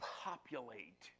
populate